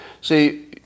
See